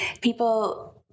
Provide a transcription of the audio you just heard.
people